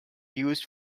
used